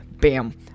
bam